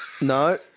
No